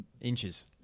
inches